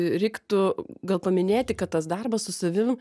reiktų gal paminėti kad tas darbas su savim